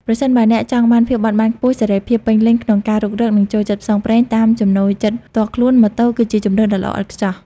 ប្រសិនបើអ្នកចង់បាន ភាពបត់បែនខ្ពស់ សេរីភាព ពេញលេញក្នុងការរុករក និងចូលចិត្ត ផ្សងព្រេង តាមចំណូលចិត្តផ្ទាល់ខ្លួន ម៉ូតូ គឺជាជម្រើសដ៏ល្អឥតខ្ចោះ។